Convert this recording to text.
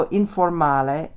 informale